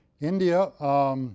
India